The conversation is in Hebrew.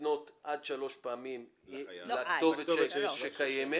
לפנות עד שלוש פעמים לכתובת שקיימת,